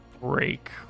break